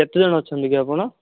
କେତେ ଜଣ ଅଛନ୍ତି କି ଆପଣ